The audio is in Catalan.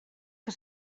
que